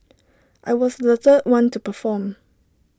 I was the third one to perform